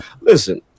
Listen